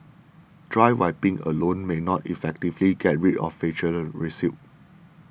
dry wiping alone may not effectively get rid of faecal residue